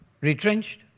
retrenched